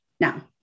now